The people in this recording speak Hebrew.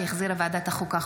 שהחזירה ועדת החוקה,